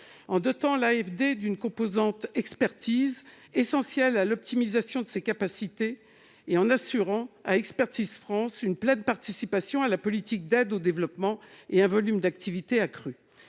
en dotant l'AFD d'une composante « expertise », essentielle pour l'optimisation de ses capacités ; ensuite, en assurant à Expertise France une pleine participation à la politique d'aide au développement et un volume d'activité accru.